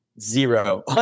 zero